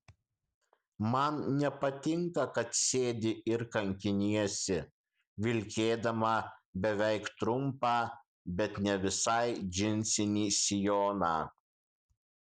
man nepatinka kad sėdi ir kankiniesi vilkėdama beveik trumpą bet ne visai džinsinį sijoną